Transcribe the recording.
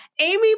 Amy